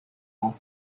rang